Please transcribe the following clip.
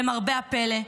למרבה הפלא,